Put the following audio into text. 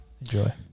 Enjoy